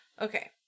Okay